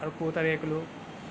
అ పూత రేకులు